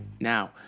now